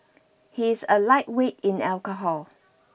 he is a lightweight in alcohol